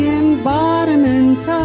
embodiment